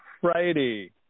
Friday